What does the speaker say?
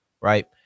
right